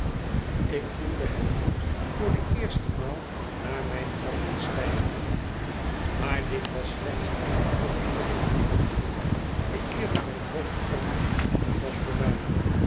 ik voelde het bloed voor de eerste maal naar mijne wangen stijgen maar dit was slechts eene oogenblikkelijke aandoening ik keerde mijn hoofd om en het was voorbij